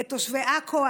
לתושבי עכו.